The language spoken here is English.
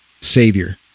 Savior